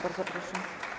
Bardzo proszę.